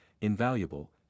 invaluable